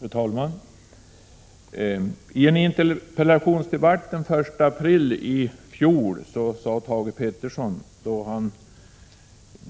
Herr talman! I en interpellationsdebatt den 1 april i fjol sade industriminister Thage Peterson